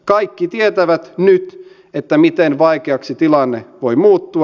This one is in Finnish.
kaikki tietävät nyt miten vaikeaksi tilanne voi muuttua